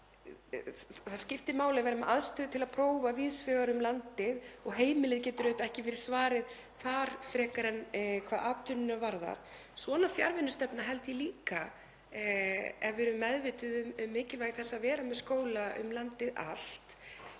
Það skiptir máli að vera með aðstöðu til að prófa víðs vegar um landið og heimilið getur auðvitað ekki verið svarið þar frekar en hvað atvinnu varðar. Svona fjarvinnustefna held ég líka, ef við erum meðvituð um mikilvægi þess að vera með skóla um landið allt,